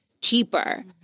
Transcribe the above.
cheaper